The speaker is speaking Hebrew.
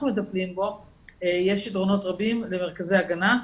מטפלים בו יש יתרונות רבים למרכזי ההגנה.